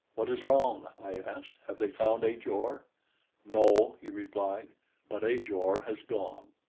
what is wrong? i asked. have they found ajor? no, he replied but ajor has gone.